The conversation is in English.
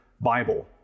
Bible